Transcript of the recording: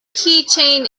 keychain